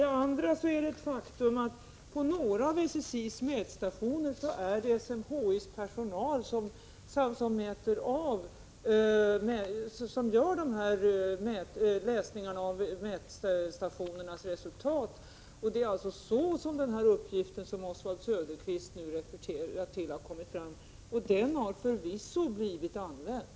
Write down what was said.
Det är också ett faktum att det på några av SSI:s mätstationer är SMHI:s personal som gör avläsningarna. Det är så som den uppgift som Oswald Söderqvist refererar till har kommit fram, och den har förvisso blivit använd.